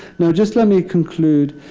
now just let me conclude.